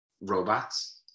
Robots